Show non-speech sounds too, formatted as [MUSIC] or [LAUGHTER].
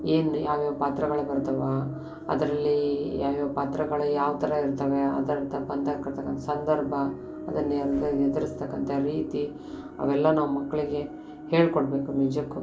ಏನು ಯಾವ್ಯಾವ ಪಾತ್ರಗಳು ಬರ್ತವೆ ಅದರಲ್ಲಿ ಯಾವ್ಯಾವ ಪಾತ್ರಗಳು ಯಾವ ಥರ ಇರ್ತವೆ ಅದಕ್ಕೆ ತಕ್ಕಂತೆ [UNINTELLIGIBLE] ಸಂದರ್ಭ ಅದರಲ್ಲಿ [UNINTELLIGIBLE] ಎದ್ರಿರ್ಸ್ತಕ್ಕಂಥ ರೀತಿ ಅವೆಲ್ಲ ನಾವು ಮಕ್ಕಳಿಗೆ ಹೇಳಿಕೊಡ್ಬೇಕು ನಿಜಕ್ಕೂ